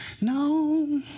No